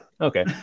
Okay